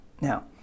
Now